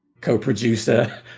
co-producer